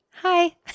Hi